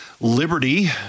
Liberty